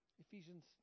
Ephesians